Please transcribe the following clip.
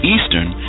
Eastern